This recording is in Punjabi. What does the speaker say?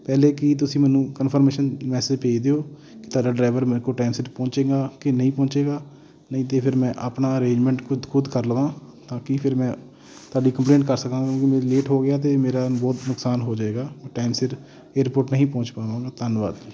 ਪਹਿਲੇ ਕੀ ਤੁਸੀਂ ਮੈਨੂੰ ਕਨਫਰਮੇਸ਼ਨ ਮੈਸੇਜ ਭੇਜ ਦਿਓ ਕਿ ਤੁਹਾਡਾ ਡਰਾਈਵਰ ਮੇਰੇ ਕੋਲ ਟਾਈਮ ਸਿਰ ਪਹੁੰਚੇਗਾ ਕਿ ਨਹੀਂ ਪਹੁੰਚੇਗਾ ਨਹੀਂ ਤਾਂ ਫਿਰ ਮੈਂ ਆਪਣਾ ਅਰੇਂਜਮੈਂਟ ਖੁਦ ਖੁਦ ਕਰ ਲਵਾਂ ਤਾਂ ਕਿ ਫਿਰ ਮੈਂ ਤੁਹਾਡੀ ਕੰਪਲੇਂਟ ਕਰ ਸਕਾਂ ਕਿਉਂਕਿ ਮੈਂ ਲੇਟ ਹੋ ਗਿਆ ਤਾਂ ਮੇਰਾ ਬਹੁਤ ਨੁਕਸਾਨ ਹੋ ਜਾਵੇਗਾ ਟਾਈਮ ਸਿਰ ਏਅਰਪੋਰਟ ਨਹੀਂ ਪਹੁੰਚ ਪਾਵਾਂਗਾ ਧੰਨਵਾਦ ਜੀ